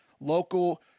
local